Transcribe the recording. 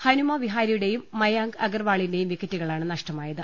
ഹനുമ വിഹാരിയുടെയും മയാങ്ക് അഗർവാളിന്റെയും വിക്കറ്റുകളാണ് നഷ്ടമായത്